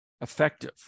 effective